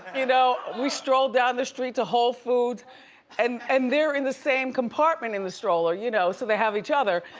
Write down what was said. you know? we strolled down the street to whole foods and and they're in the same compartment in the stroller, you know, so they have each other,